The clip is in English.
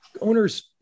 owners